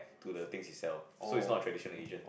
to the thing he sell so it's not traditional agent